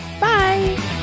Bye